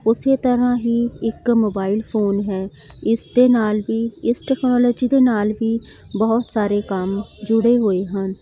ਉਸੇ ਤਰ੍ਹਾਂ ਹੀ ਇੱਕ ਮੋਬਾਈਲ ਫੋਨ ਹੈ ਇਸ ਦੇ ਨਾਲ਼ ਵੀ ਇਸ ਟਕਨੋਲੋਜੀ ਦੇ ਨਾਲ਼ ਵੀ ਬਹੁਤ ਸਾਰੇ ਕੰਮ ਜੁੜੇ ਹੋਏ ਹਨ